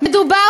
מדובר